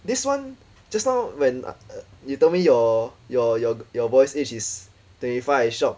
this one just now when I uh you told me your your your your boy's age is twenty five I shock